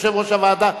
יושב-ראש הוועדה,